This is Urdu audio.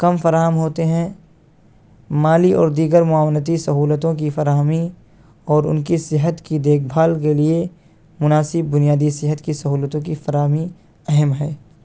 کم فراہم ہوتے ہیں مالی اور دیگر معاونتی سہولتوں کی فراہمی اور ان کی صحت کی دیکھ بھال کے لیے مناسب بنیادی صحت کی سہولتوں کی فراہمی اہم ہے